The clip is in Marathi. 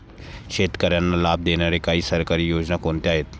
शेतकऱ्यांना लाभ देणाऱ्या काही सरकारी योजना कोणत्या आहेत?